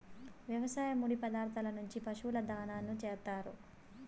వ్యవసాయ ముడి పదార్థాల నుంచి పశువుల దాణాను చేత్తారు